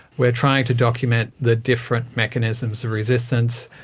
we're trying to document the different mechanisms, the resistance,